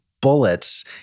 bullets